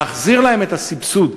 להחזיר להם את הסבסוד,